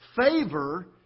Favor